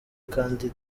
kandi